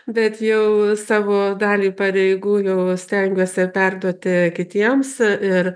bet jau savo dalį pareigų jau stengiuosi perduoti kitiems ir